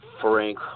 Frank